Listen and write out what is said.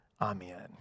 amen